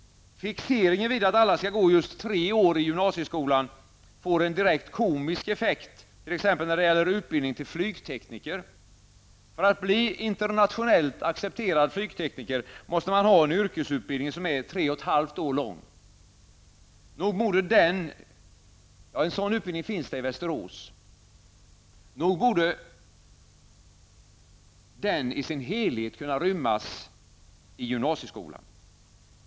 Fixeringen vid att alla skall gå just tre år i gymnasieskolan får en direkt komisk effekt t.ex. när det gäller utbildning till flygtekniker. För att bli internationellt accepterad flygtekniker måste man ha en yrkesutbildning som är 3,5 år lång. En sådan utbildning finns i Västerås. Nog borde den i sin helhet kunna ingå i gymnasieskolan!